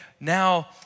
Now